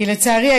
כי לצערי,